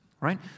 right